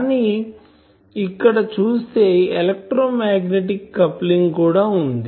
కానీ ఇక్కడ చూస్తే ఎలక్ట్రో మాగ్నెటిక్ కప్లింగ్ కూడా వుంది